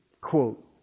quote